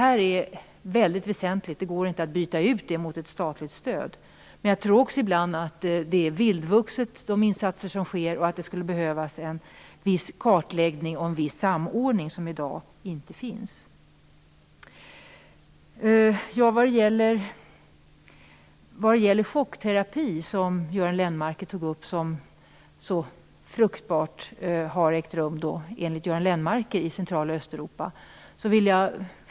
Detta är väldigt väsentligt och går inte att byta ut mot ett statligt stöd. Men jag tror också att de insatser som sker ibland är vildvuxna och att det skulle behövas mer av kartläggning och samordning. Göran Lennmarker tyckte att chockterapin har varit fruktbar i Central och Östeuropa.